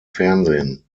fernsehen